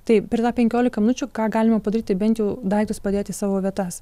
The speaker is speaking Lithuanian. taip per tą penkliolika minučių ką galime padaryti bent jau daiktus padėti į savo vietas